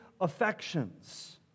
affections